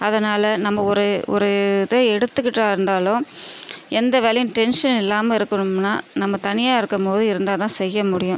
அதனால் நம்ப ஒரு ஒரு இது எடுத்துக்கிட்டால் இருந்தாலும் எந்த வேலையும் டென்க்ஷன் இல்லாமல் இருக்கணும்னா நம்ம தனியாக இருக்கும் போது இருந்தால் தான் செய்ய முடியும்